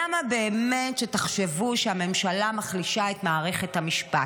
למה באמת שתחשבו שהממשלה מחלישה את מערכת המשפט?